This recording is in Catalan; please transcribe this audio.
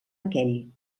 aquell